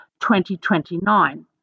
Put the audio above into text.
2029